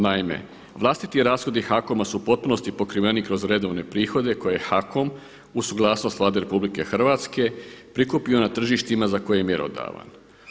Naime, vlastiti rashodi HAKOM-a su u potpunosti pokriveni kroz redovne prihode koje HAKOM u suglasnost Vlade RH prikupio na tržištima za koje je mjerodavan.